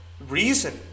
reason